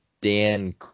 Dan